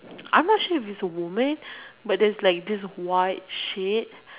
I'm not sure if it's a woman but there's like this white sheet